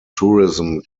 tourism